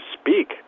speak